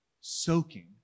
soaking